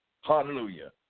Hallelujah